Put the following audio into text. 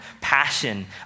passion